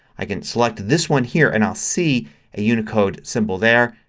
i can select this one here and i'll see ah unicode symbol there.